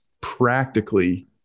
practically